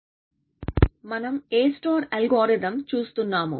A monotone property interactive dipping A మనం A algorithm చూస్తున్నాము